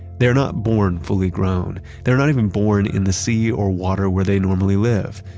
they're not born fully grown. they're not even born in the sea or water where they normally live.